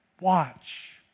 watch